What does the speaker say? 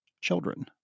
children